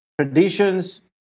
traditions